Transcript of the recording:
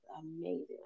amazing